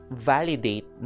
validate